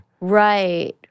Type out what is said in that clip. Right